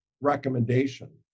recommendation